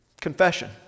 Confession